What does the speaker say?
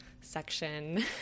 section